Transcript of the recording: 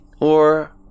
or